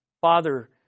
Father